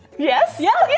yes? yes. yes!